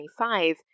2025